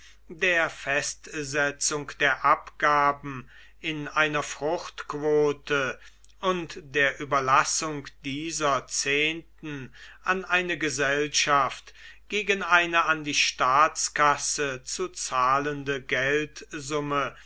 der festsetzung der abgaben in einer fruchtquote und der überlassung dieser zehnten an eine gesellschaft gegen eine an die staatskasse zu zahlende geldsumme